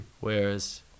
Whereas